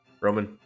Roman